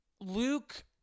Luke